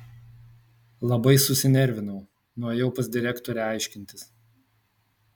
labai susinervinau nuėjau pas direktorę aiškintis